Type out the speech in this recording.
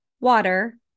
water